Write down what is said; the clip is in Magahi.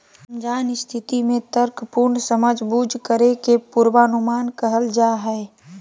अनजान स्थिति में तर्कपूर्ण समझबूझ करे के पूर्वानुमान कहल जा हइ